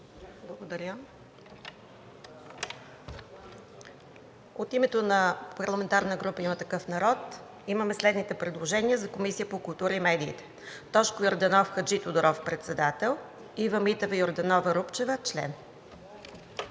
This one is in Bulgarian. Благодаря. От името на парламентарната група на „Има такъв народ“ имаме следните предложения за Комисията по културата и медиите: Тошко Йорданов Хаджитодоров – председател, Ива Митева Йорданова-Рупчева – член.